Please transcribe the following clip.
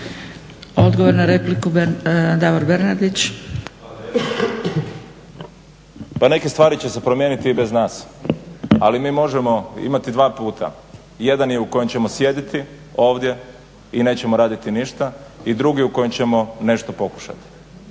**Bernardić, Davor (SDP)** Pa neke stvari će se promijeniti i bez nas, ali mi možemo imat dva puta. Jedan je u kojem ćemo sjediti ovdje i nećemo raditi ništa i drugi u kojem ćemo nešto pokušati.